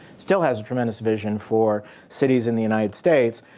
still has a tremendous vision for cities in the united states.